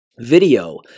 video